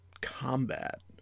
Combat